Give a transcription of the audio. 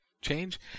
change